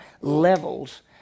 levels